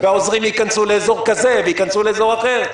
והעוזרים ייכנסו לאזור כזה וייכנסו לאזור אחר.